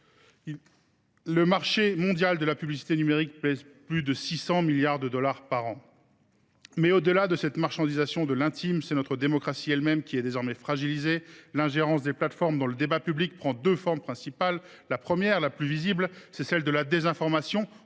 Le marché mondial de la publicité numérique pèse plus de 600 milliards de dollars par an. Mais au delà de cette marchandisation de l’intime, c’est notre démocratie elle même qui est désormais fragilisée. L’ingérence des plateformes dans le débat public prend deux formes principales. La première, la plus visible, est celle de la désinformation.